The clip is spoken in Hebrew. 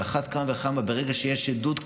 על אחת כמה וכמה ברגע שיש כבר עדות,